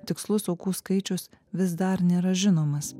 tikslus aukų skaičius vis dar nėra žinomas